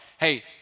Hey